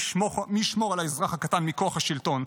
מי ישמור על האזרח הקטן מכוח השלטון.